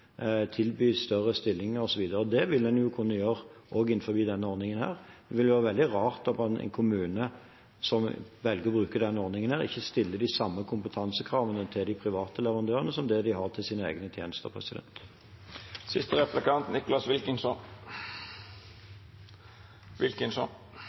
tilby større stillinger osv. Det vil en kunne gjøre også innenfor denne ordningen. Det ville være veldig rart om en kommune som velger å bruke denne ordningen, ikke stiller de samme kompetansekravene til de private leverandørene som dem de har til sine egne tjenester.